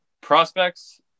prospects